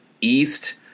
East